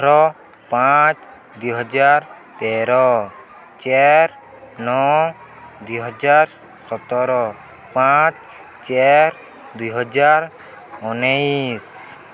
ଅଠର ପାଞ୍ଚ ଦୁଇ ହଜାର ତେର ଚାରି ନଅ ଦୁଇ ହଜାର ସତର ପାଞ୍ଚ ଚାରି ଦୁଇ ହଜାର ଉଣେଇଶି